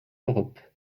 europe